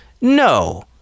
No